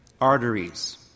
arteries